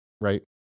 right